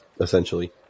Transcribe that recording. Essentially